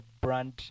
brand